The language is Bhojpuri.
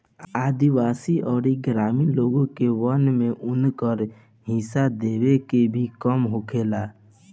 आदिवासी अउरी ग्रामीण लोग के वन में उनकर हिस्सा देवे के भी काम होखेला